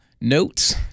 notes